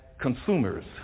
consumers